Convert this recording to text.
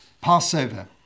Passover